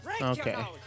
Okay